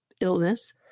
illness